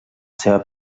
seva